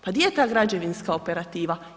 Pa di je ta građevinska operativa?